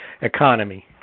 economy